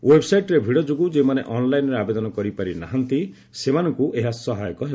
ଓ୍ୱେବ୍ସାଇଟ୍ରେ ଭିଡ଼ ଯୋଗୁଁ ଯେଉଁମାନେ ଅନ୍ଲାଇନ୍ରେ ଆବେଦନ କରିପାରି ନାହାନ୍ତି ସେମାନଙ୍କୁ ଏହା ସହାୟକ ହେବ